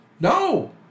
No